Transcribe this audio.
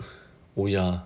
oh ya